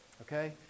okay